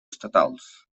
estatals